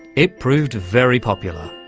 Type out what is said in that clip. it proved very popular.